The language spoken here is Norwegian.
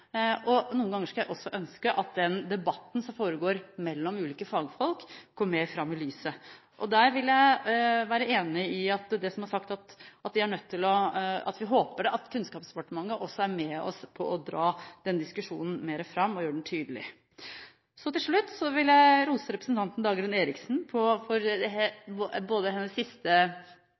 fag. Noen ganger blir vi utfordret på ting i skolen som er av mer faglig karakter. Noen ganger skulle jeg også ønske at den debatten som foregår mellom ulike fagfolk, kom mer fram i lyset. Der vil jeg være enig i det som er sagt, og vi håper at Kunnskapsdepartementet også er med oss på å dra den diskusjonen mer fram og gjøre den tydelig. Til slutt vil jeg rose representanten Dagrun Eriksen både for henne siste